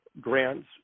grants